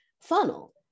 funnel